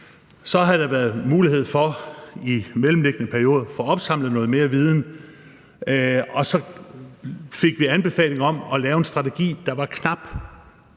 Så har der været mulighed for i den mellemliggende periode at få opsamlet noget mere viden, og så fik vi den anbefaling at lave en strategi, der var knap